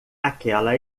aquela